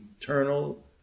eternal